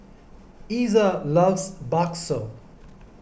Iza loves Bakso